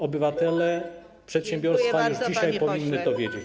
Obywatele, przedsiębiorcy już dzisiaj powinni to wiedzieć.